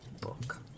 book